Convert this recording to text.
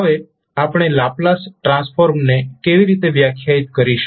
હવે આપણે લાપ્લાસ ટ્રાન્સફોર્મને કેવી રીતે વ્યાખ્યાયિત કરીશું